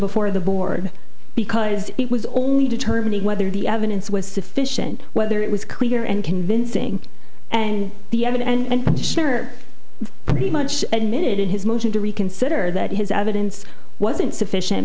before the board because it was only determining whether the evidence was sufficient whether it was clear and convincing and the evidence and pretty much admitted his motion to reconsider that his evidence was insufficient